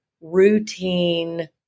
routine